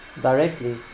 directly